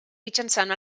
mitjançant